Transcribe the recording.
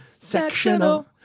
Sectional